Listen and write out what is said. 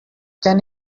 can